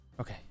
Okay